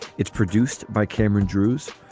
it's produced by cameron drewes.